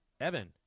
Evan